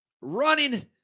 running